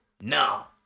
now